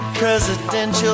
presidential